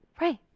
Right